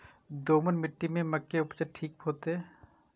दोमट मिट्टी में मक्के उपज ठीक होते?